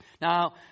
Now